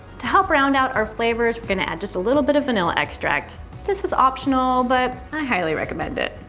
to help round out our flavors, we're gonna add just a little bit of vanilla extract this is optional, but i highly recommend it.